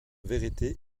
vérité